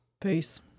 Peace